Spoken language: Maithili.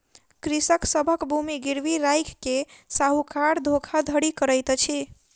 कृषक सभक भूमि गिरवी राइख के साहूकार धोखाधड़ी करैत अछि